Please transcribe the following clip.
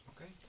Okay